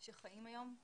שחיים היום?